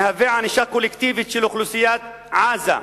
מהווה ענישה קולקטיבית של אוכלוסיית עזה.